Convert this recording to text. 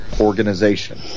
organization